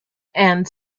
and